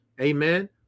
amen